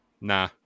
Nah